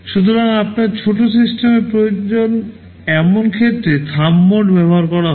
সুতরাং আপনার ছোট সিস্টেমে প্রয়োজন এমন ক্ষেত্রে থাম্ব মোড ব্যবহার করা হয়